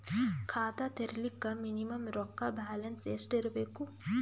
ಖಾತಾ ತೇರಿಲಿಕ ಮಿನಿಮಮ ರೊಕ್ಕ ಬ್ಯಾಲೆನ್ಸ್ ಎಷ್ಟ ಇರಬೇಕು?